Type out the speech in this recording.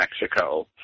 Mexico